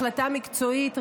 החלטה מקצועית,